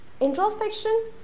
introspection